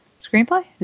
Screenplay